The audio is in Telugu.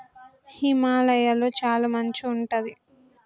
హిమాలయ లొ చాల మంచు ఉంటది